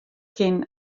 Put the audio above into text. kin